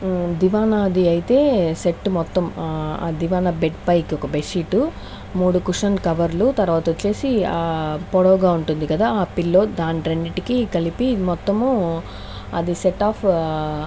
దివానాది అయితే సెట్ మొత్తం ఆ దివానా బెడ్ పైకి ఒక బెడ్ షీటు మూడు కుషన్ కవర్లు తర్వాత వచ్చేసి పొడవుగా ఉంటుంది కదా ఆ పిల్లో దాని రెండింటికి కలిపి మొత్తము అది సెట్ ఆఫ్